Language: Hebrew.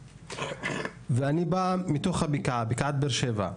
אני בא מתוך בקעת באר שבע.